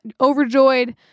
overjoyed